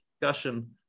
discussion